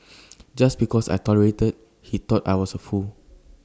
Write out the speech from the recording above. just because I tolerated he thought I was A fool